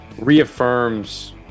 reaffirms –